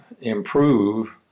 improve